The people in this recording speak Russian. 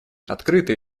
открытые